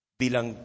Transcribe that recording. bilang